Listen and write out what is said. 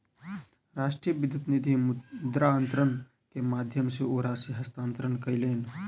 राष्ट्रीय विद्युत निधि मुद्रान्तरण के माध्यम सॅ ओ राशि हस्तांतरण कयलैन